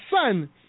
son